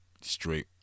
straight